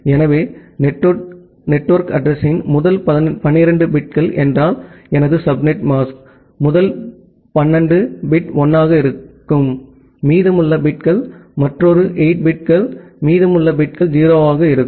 எனவே நெட்வொர்க் அட்ரஸிங்யின் முதல் 12 பிட்கள் என்றால் எனது சப்நெட் மாஸ்க் முதல் 12 பிட் 1 ஆக இருக்கும் மீதமுள்ள பிட்கள் மற்றொரு 8 பிட்கள் மீதமுள்ள பிட்கள் 0 ஆக இருக்கும்